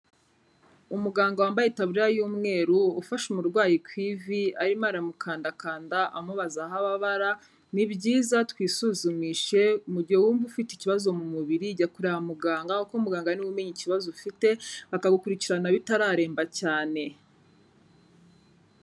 Umuganga wambaye itaburiya y'umweru, ufashe umurwayi ku ivi, arimo aramukandakanda amubaza aho ababara, ni byiza twisuzumishe, mu gihe wumva ufite ikibazo mu mubiri jya kureba muganga, kuko muganga ni we umenya ikibazo ufite, akagukurikirana bitararemba cyane.